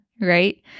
right